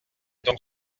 donc